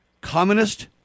communist